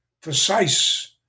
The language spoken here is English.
precise